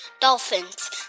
dolphins